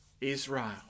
Israel